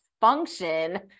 function